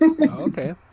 Okay